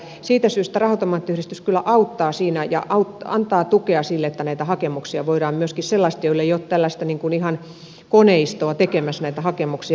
siitä syystä raha automaattiyhdistys kyllä auttaa siinä ja antaa tukea että näitä hakemuksia voivat tehdä myöskin sellaiset joilla ei ole ihan tällaista koneistoa tekemässä näitä hakemuksia